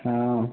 हँ